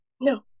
No